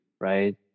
right